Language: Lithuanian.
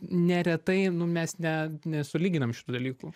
neretai nu mes ne nesulyginam šitų dalykų